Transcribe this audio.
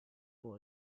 for